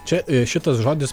čia šitas žodis